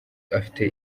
afite